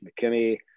McKinney